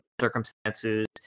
circumstances